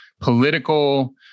political